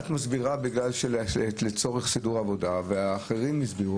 את מסבירה לצורך סידור עבודה ואחרים הסבירו